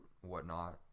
whatnot